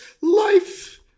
life